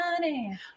Money